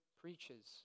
preaches